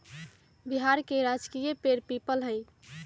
बिहार के राजकीय पेड़ पीपल हई